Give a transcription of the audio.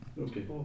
Okay